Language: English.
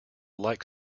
like